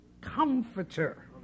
Comforter